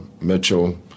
Mitchell